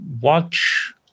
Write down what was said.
watch